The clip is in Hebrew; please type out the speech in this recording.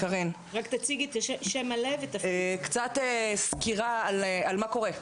תני לנו סקירה ותמונה על מה שקורה.